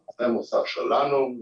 זה מוסך שלנו.